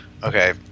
Okay